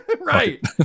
Right